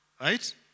right